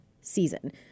season